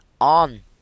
on